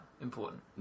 important